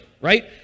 right